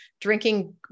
drinking